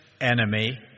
enemy